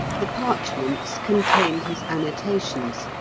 the parchments contained his annotations,